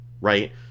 right